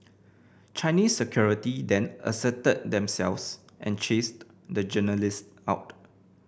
Chinese security then asserted themselves and chased the journalist out